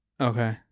Okay